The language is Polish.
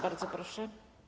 Bardzo proszę.